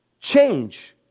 Change